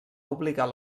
obligar